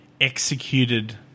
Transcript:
executed